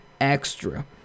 Extra